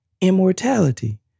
Immortality